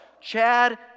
Chad